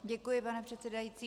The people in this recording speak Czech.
Děkuji, pane předsedající.